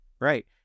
Right